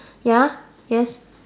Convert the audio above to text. ya yes